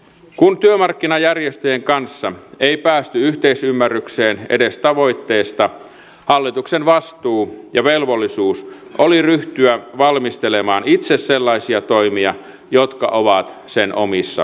kun työmarkkinajärjestöjen kanssa ei päästy yhteisymmärrykseen edes tavoitteesta hallituksen vastuu ja velvollisuus oli ryhtyä valmistelemaan itse sellaisia toimia jotka ovat sen omissa käsissä